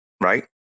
right